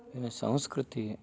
ಏನು ಸಂಸ್ಕೃತಿ